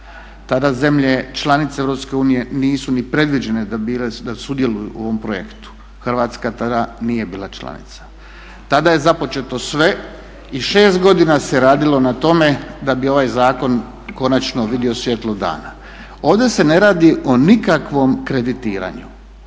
Tada zemlje članice Europske unije nisu ni predviđene bile da sudjeluju u ovom projektu. Hrvatska tada nije bila članica. Tada je započeto sve i 6 godina se radilo na tome da bi ovaj zakon konačno vidio svjetlo dana. Ovdje se ne radi o nikakvom kreditiranju,